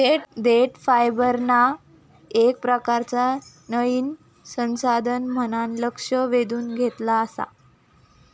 देठ फायबरना येक प्रकारचा नयीन संसाधन म्हणान लक्ष वेधून घेतला आसा